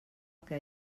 que